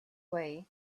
way